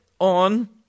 on